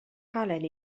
halen